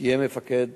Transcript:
קיים מפקד